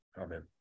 amen